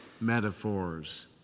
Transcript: metaphors